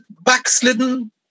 backslidden